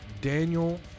Daniel